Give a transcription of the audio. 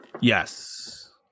yes